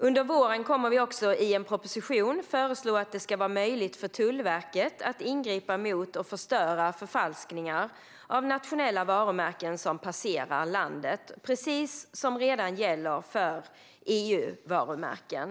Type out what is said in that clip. Under våren kommer vi också att i en proposition föreslå att det ska vara möjligt för Tullverket att ingripa mot och förstöra förfalskningar av nationella varumärken som passerar landet, precis som redan gäller för EU-varumärken.